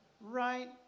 Right